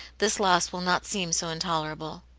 this loss will not seem so intolerable.